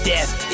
Death